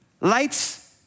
lights